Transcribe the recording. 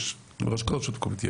יש לכל רשות מקומית יש.